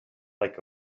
like